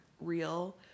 real